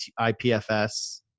IPFS